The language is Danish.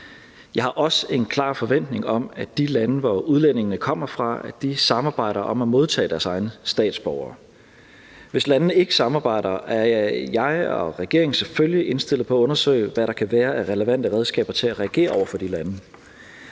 Jeg har også en klar forventning om, at de lande, hvor udlændingene kommer fra, samarbejder om at modtage deres egne statsborgere. Hvis landene ikke samarbejder, er jeg og regeringen selvfølgelig indstillet på at undersøge, hvad der kan være af relevante redskaber til at reagere over for de lande.